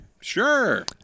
Sure